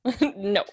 no